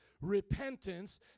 repentance